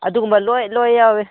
ꯑꯗꯨꯒꯨꯝꯕ ꯂꯣꯏ ꯂꯣꯏ ꯌꯥꯎꯌꯦ